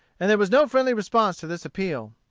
and there was no friendly response to this appeal.